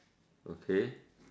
okay